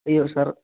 അയ്യോ സർ